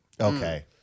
Okay